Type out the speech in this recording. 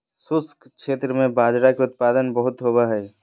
शुष्क क्षेत्र में बाजरा के उत्पादन बहुत होवो हय